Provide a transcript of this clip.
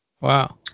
Wow